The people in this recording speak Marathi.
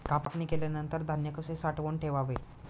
कापणी केल्यानंतर धान्य कसे साठवून ठेवावे?